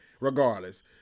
regardless